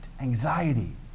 anxiety